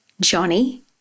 Johnny